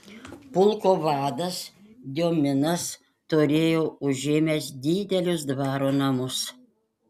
pulko vadas diominas turėjo užėmęs didelius dvaro namus